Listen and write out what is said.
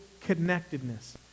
connectedness